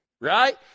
right